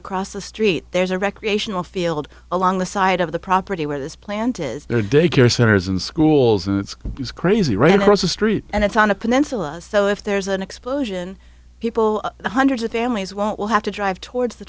across the street there's a recreational field along the side of the property where this plant is their daycare centers and schools and school is crazy right across the street and it's on a peninsula so if there's an explosion people hundreds of families will have to drive towards the